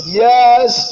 yes